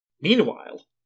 Meanwhile